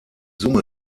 summe